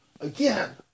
again